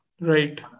Right